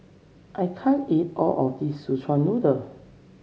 I can't eat all of this Szechuan Noodle